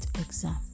exam